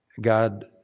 God